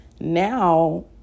now